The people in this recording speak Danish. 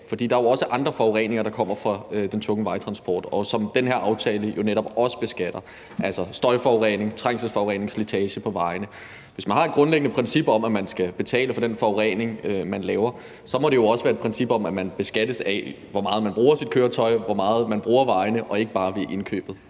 er jo også andre forureninger, der kommer fra den tunge vejtransport, og som den her aftale netop også beskatter, altså støjforurening, trængselsforurening, slitage på vejene. Hvis man har et grundlæggende princip om, at man skal betale for den forurening, man laver, må det jo også være et princip om, at man beskattes af, hvor meget man bruger sit køretøj, hvor meget man bruger vejene, og ikke bare ved indkøbet